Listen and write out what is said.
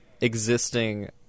existing